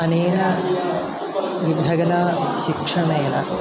अनेन युद्धकला शिक्षणेन